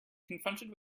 confronted